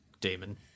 Damon